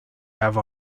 have